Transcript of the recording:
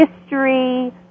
history